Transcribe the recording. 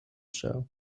show